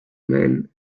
men